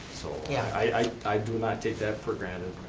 so yeah i do not take that for granted,